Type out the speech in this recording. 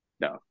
No